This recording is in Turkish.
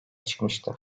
çıkmıştı